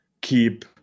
keep